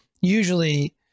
usually